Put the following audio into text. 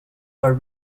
are